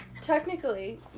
technically